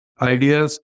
ideas